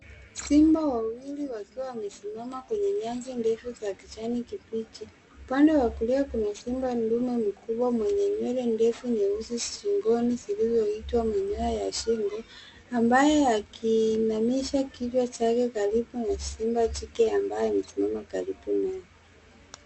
Simba wawili wakiwa wamesimama kwenye nyasi ndefu za kijani kibichi. Upande wa kulia kuna simba ndume mkubwa mwenye nywele ndefu nyeusi shingoni zilizoitwa manyoya ya shingo, ambaye akiinamisha kichwa chake karibu na Simba jike ambaye amesimama karibu naye.